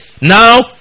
Now